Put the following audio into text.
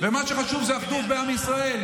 מה שחשוב זה אחדות בעם ישראל.